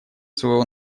своего